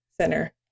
center